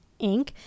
Inc